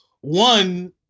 one